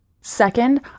Second